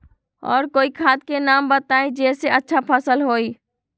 और कोइ खाद के नाम बताई जेसे अच्छा फसल होई?